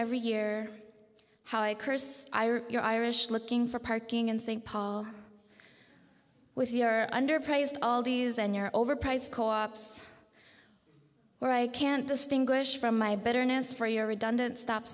every year how i cursed your irish looking for parking in st paul with your underpriced all these and your overpriced co ops where i can't distinguish from my bitterness for your redundant stop